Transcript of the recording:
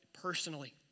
personally